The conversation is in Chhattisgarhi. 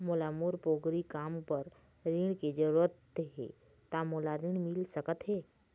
मोला मोर पोगरी काम बर ऋण के जरूरत हे ता मोला ऋण मिल सकत हे?